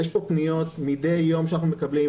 יש פה פניות שאנחנו מקבלים מדי יום,